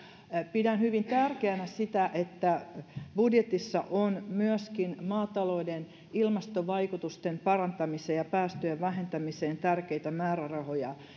pidän hyvin tärkeänä sitä että budjetissa on myöskin maatalouden ilmastovaikutusten parantamiseen ja päästöjen vähentämiseen tärkeitä määrärahoja